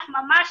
נגיד